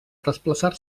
desplaçar